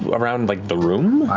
but around like the room?